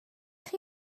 chi